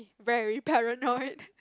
very paranoid